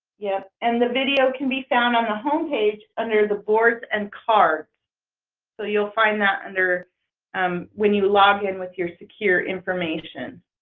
yeah and the video can be found on the home page under the boards and cards so you'll find that under um when you log in with your secure information